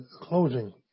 closing